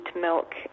milk